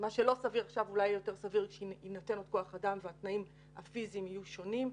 סביר כשיינתן עוד כוח אדם והתנאים הפיזיים יהיו שונים.